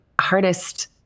hardest